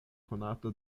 konata